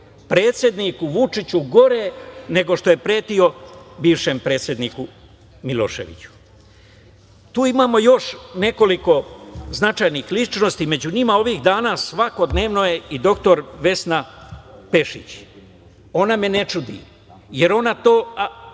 predsedniku Vučiću gore nego što je pretio bivšem predsedniku Miloševiću. Tu imamo još nekoliko značajnih ličnosti, a među njima ovih dana svakodnevno je i dr Vesna Pešić. Ona me ne čudi, jer ona to